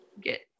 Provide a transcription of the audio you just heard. get